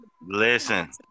listen